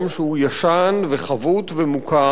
שהוא אולי ישן וחבוט ומוכר,